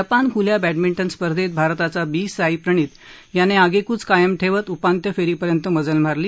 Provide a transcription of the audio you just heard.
Japan खुल्या badminton स्पर्धेत भारताचा बी साईप्रणीत याने आगेकूच कायम ठेवत उपांत्य फेरीपर्यंत मजल मारली